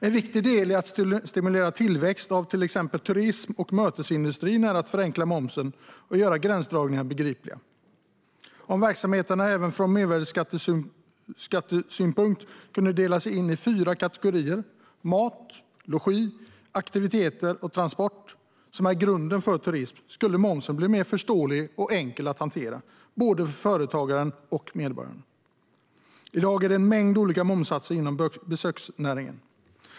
En viktig del i att stimulera tillväxt av till exempel turism och mötesindustrin är att förenkla momsen och göra gränsdragningarna begripliga. Om verksamheterna även från mervärdesskattesynpunkt kunde delas in i de fyra kategorierna mat, logi, aktiviteter och transport, som är grunden för turism, skulle momsen bli mer förståelig och enkel att hantera både för företagaren och för medborgaren. I dag är det en mängd olika momssatser inom besöksnäringen.